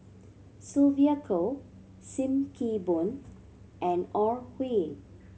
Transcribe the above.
Sylvia Kho Sim Kee Boon and Ore Huiying